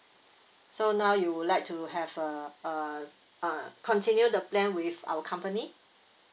so now you would like to have uh uh uh continue the plan with our company